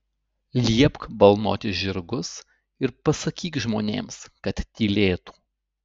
liepk balnoti žirgus ir pasakyk žmonėms kad tylėtų